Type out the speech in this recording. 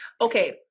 Okay